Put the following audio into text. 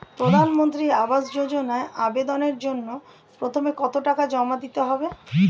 প্রধানমন্ত্রী আবাস যোজনায় আবেদনের জন্য প্রথমে কত টাকা জমা দিতে হবে?